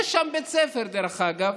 יש שם בית ספר, דרך אגב.